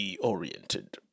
oriented